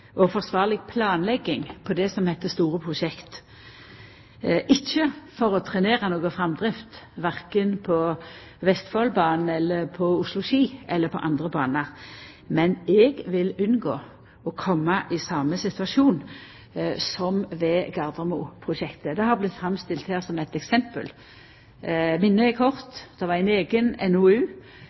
og forsvarleg planlegging av det som heiter store prosjekt, ikkje for å trenera noka framdrift korkje på Vestfoldbanen, på Oslo–Ski eller på andre banar, men for å unngå å koma i den same situasjonen som med Gardermoprosjektet. Det har vorte framstilt her som eit eksempel. Minnet er kort, det var ein eigen NOU.